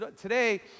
Today